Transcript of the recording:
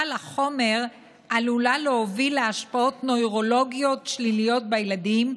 לחומר עלולה להוביל להשפעות נירולוגיות שליליות בילדים.